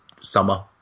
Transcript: Summer